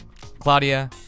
Claudia